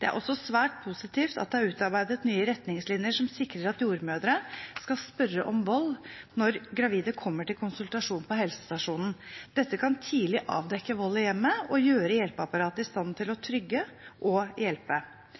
Det er også svært positivt at det er utarbeidet nye retningslinjer som sikrer at jordmødre skal spørre om vold når gravide kommer til konsultasjon på helsestasjonen. Dette kan tidlig avdekke vold i hjemmet og gjøre hjelpeapparatet i stand til å trygge og hjelpe.